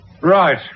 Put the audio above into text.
Right